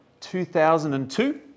2002